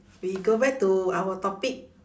we go back to our topic